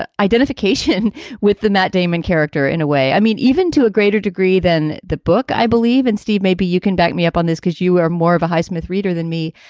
ah identification with the matt damon character in a way. i mean, even to a greater degree than that book i believe in. steve, maybe you can back me up on this because you are more of a highsmith reader than me.